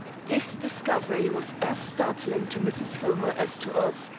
this discovery was as startling to mrs. hillmer as to us,